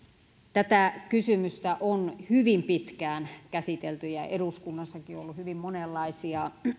tätä kysymystä on hyvin pitkään käsitelty ja ja eduskunnassakin on ollut hyvin monenlaisia